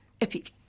epic